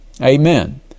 Amen